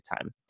time